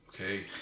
Okay